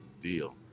deal